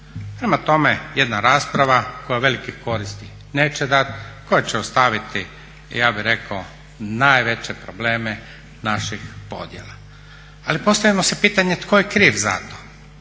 Prema tome, jedna rasprava koja velikih koristi neće dati, koja će ostaviti ja bih rekao najveće probleme naših podjela. Ali postavimo si pitanje tko je kriv za to